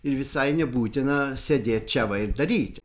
ir visai nebūtina sėdėt čia va ir daryt